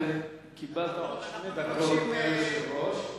קיבלת עוד חמש דקות מהיושב-ראש.